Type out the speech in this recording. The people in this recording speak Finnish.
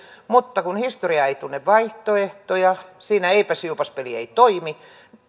mutta kun historia ei tunne vaihtoehtoja siinä eipäs juupas peli ei toimi